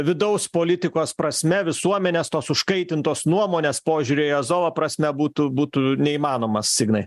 vidaus politikos prasme visuomenės tos užkaitintos nuomonės požiūriai azovo prasme būtų būtų neįmanomas ignai